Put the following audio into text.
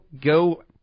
Go